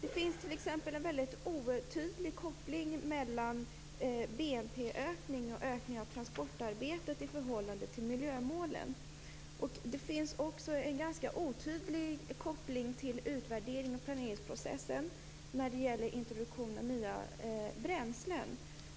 Det finns t.ex. en väldigt otydlig koppling mellan BNP-ökning och ökning av transportarbetet i förhållande till miljömålen. Det är också en ganska otydlig koppling till utvärderings och planeringsprocessen när det gäller introduktion av nya bränslen.